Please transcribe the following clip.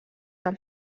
del